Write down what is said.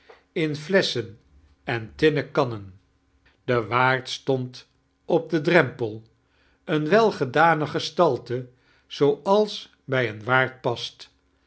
in flesschen en tinmen kannen de waard stolid op den drempel een welgedane gestalte zooals bij een waard past